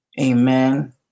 Amen